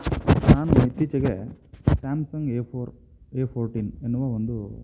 ನಾನು ಇತ್ತೀಚೆಗೆ Samsung A four A fourteen ಎನ್ನುವ ಒಂದು